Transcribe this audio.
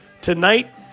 Tonight